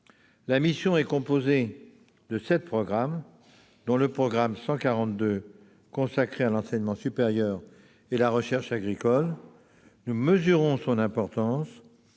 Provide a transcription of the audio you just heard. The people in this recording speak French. La mission est composée de sept programmes, dont le programme 142, « Enseignement supérieur et recherche agricoles ». Nous mesurons son importance